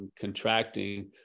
contracting